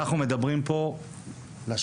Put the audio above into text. אנחנו מדברים פה לשווא,